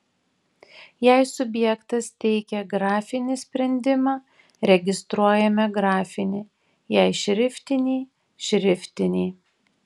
jei subjektas teikia grafinį sprendimą registruojame grafinį jei šriftinį šriftinį